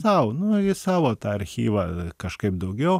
sau nu į savo tą archyvą kažkaip daugiau